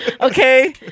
okay